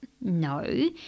No